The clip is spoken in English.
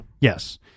Yes